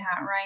right